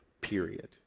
period